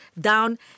down